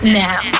now